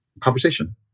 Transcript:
conversation